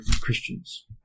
Christians